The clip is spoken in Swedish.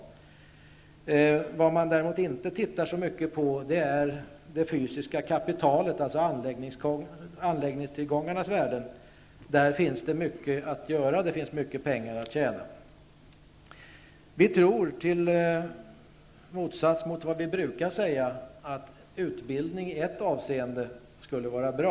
Däremot tittar man inte särskilt mycket på det fysiska kapitalet, alltså anläggningstillgångarnas värde. I det sammanhanget finns det mycket att göra och mycket pengar att tjäna. Vi tror, i motsats till vad vi brukar säga, att utbildning i ett visst avseende skulle vara bra.